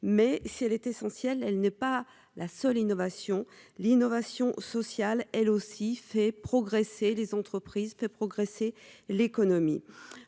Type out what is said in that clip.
mais si elle est essentielle, elle n'est pas la seule innovation l'innovation sociale, elle aussi, fait progresser les entreprises peut progresser l'économie,